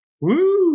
Woo